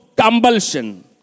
compulsion